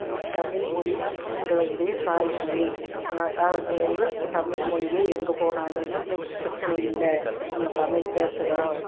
தமிழ்மொழி எங்களளுடைய தாய்மொழி அந்த காலத்துலேருந்து தமிழ் மொழியை எங்கே போனாலும் பிரச்சனை இல்லை நம்ம தமிழ் பேசுறோம்